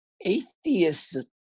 atheists